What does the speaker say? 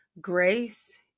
grace